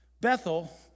Bethel